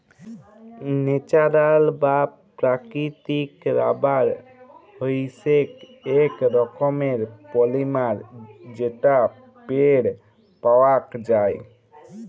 natural বা প্রাকৃতিক rubber হইসেক এক রকমের পলিমার যেটা পেড় পাওয়াক যায়